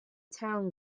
town